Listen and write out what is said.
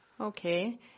Okay